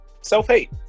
self-hate